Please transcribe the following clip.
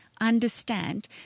understand